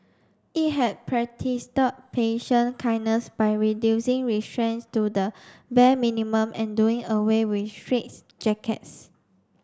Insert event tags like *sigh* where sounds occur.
it had *unintelligible* patient kindness by reducing restraints to the bare minimum and doing away with straitjackets